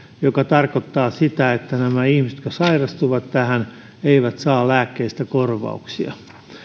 mikä tarkoittaa sitä että nämä ihmiset jotka sairastuvat tähän eivät saa lääkkeistä korvauksia